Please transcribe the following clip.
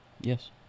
Yes